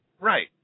Right